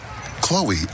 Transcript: Chloe